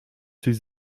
coś